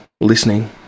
listening